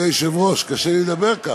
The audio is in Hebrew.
אדוני היושב-ראש, קשה לי לדבר ככה,